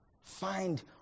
Find